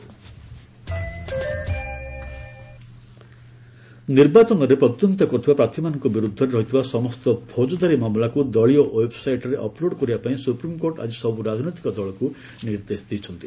SC poll candidates ନିର୍ବାଚନରେ ପ୍ରତିଦ୍ୱନ୍ଦ୍ୱିତା କରୁଥିବା ପ୍ରାର୍ଥୀମାନଙ୍କର ବିରୁଦ୍ଧରେ ରହିଥିବା ସମସ୍ତ ଫୌଜଦାରୀ ମାମଲାକୁ ଦଳୀୟ ଓ୍ୱେବ୍ସାଇଟ୍ରେ ଅପଲୋଡ୍ କରିବାପାଇଁ ସୁପ୍ରିମକୋର୍ଟ ଆଜି ସବୁ ରାଜନୈତିକ ଦଳକୁ ନିର୍ଦ୍ଦେଶ ଦେଇଛନ୍ତି